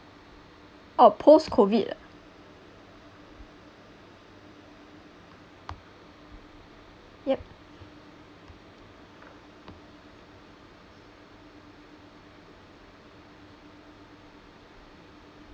oh post-COVID ah ya